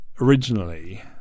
originally